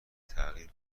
تغییر